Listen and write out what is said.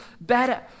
better